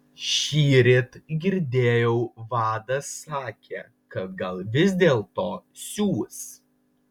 šįryt girdėjau vadas sakė kad gal vis dėlto siųs